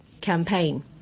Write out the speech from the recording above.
campaign